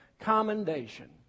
commendation